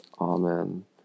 Amen